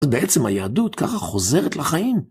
בעצם היהדות ככה חוזרת לחיים.